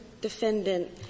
defendant